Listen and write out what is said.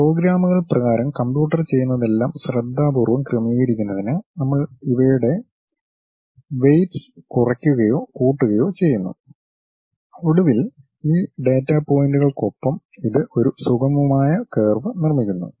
പ്രോഗ്രാമുകൾ പ്രകാരം കമ്പ്യൂട്ടർ ചെയ്യുന്നതെല്ലാം ശ്രദ്ധാപൂർവ്വം ക്രമീകരിക്കുന്നതിന് നമ്മൾ ഇവയുടെ വേയ്റ്റ്സ് കുറയ്ക്കുകയോ കൂട്ടുകയോ ചെയ്യുന്നു ഒടുവിൽ ഈ ഡാറ്റാ പോയിന്റുകൾക്കൊപ്പം ഇത് ഒരു സുഗമമായ കർവ് നിർമ്മിക്കുന്നു